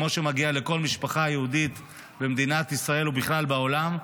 כמו שמגיע לכל משפחה יהודית במדינת ישראל ובכלל בעולם,